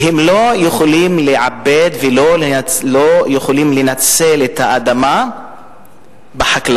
לא יכולים לעבד ולא יכולים לנצל את האדמה בחקלאות